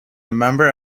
member